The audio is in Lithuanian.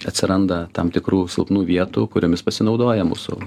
atsiranda tam tikrų silpnų vietų kuriomis pasinaudoja mūsų